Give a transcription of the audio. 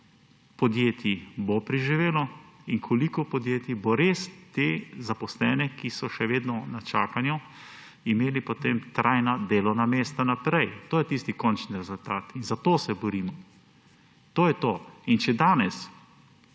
podjetij bo preživelo in koliko podjetij bo res te zaposlene, ki so še vedno na čakanju, imeli potem trajna delovna mesta naprej. To je tisti končni rezultat in za to se borimo. To je to! In če smo danes